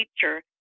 teacher